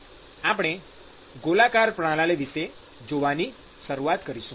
આપણે ત્રિજ્યાવર્તી પ્રણાલી વિષે જોવાની શરૂઆત કરીશું